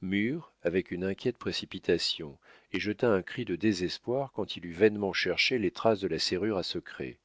mur avec une inquiète précipitation et jeta un cri de désespoir quand il eut vainement cherché les traces de la serrure à secret